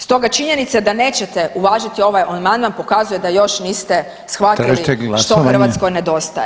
Stoga činjenica da nećete uvažiti ovaj Amandman pokazuje da još niste shvatili što Hrvatskoj nedostaje.